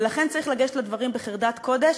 ולכן צריך לגשת לדברים בחרדת קודש,